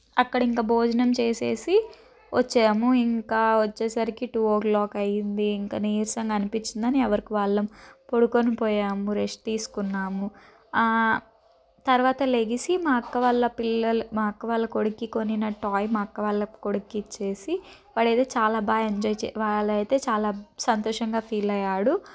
అక్కడ ఇంకా భోజనం చేసేసి వచ్చాము ఇంకా వచ్చేసరికి టు ఓ క్లాక్ అయింది ఇంక నీరసంగా అనిపించింది అని ఎవరికి వాళ్ళం పడుకొని పోయాము రెస్ట్ తీసుకున్నాము తర్వాత లెగిసి మా అక్క వాళ్ళ పిల్లలు మా అక్క వాళ్ళ కొడుకు కొనిన టాయ్ మా అక్క వాళ్ళ కొడుకుకి ఇచ్చేసి వాడేదో చాలా బాగా ఎంజాయ్ వాడైతే చాలా సంతోషంగా ఫీల్ అయ్యాడు